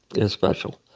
is special,